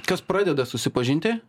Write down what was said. kas pradeda susipažinti